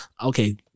okay